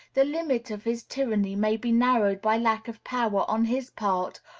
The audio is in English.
the limit of his tyranny may be narrowed by lack of power on his part,